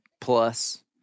plus